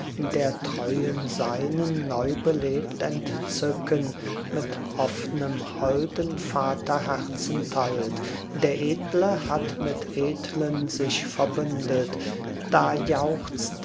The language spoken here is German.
der treuen seinen neubelebt entzücken mit offnem holden vaterherzen teilt der edle hat mit edlen sich verbündet da jauchzte